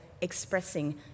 expressing